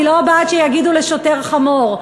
ואני לא בעד שיגידו לשוטר "חמור"